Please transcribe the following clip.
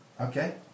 Okay